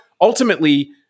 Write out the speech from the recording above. Ultimately